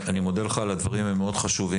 אני מודה לך על הדברים, הם מאוד חשובים.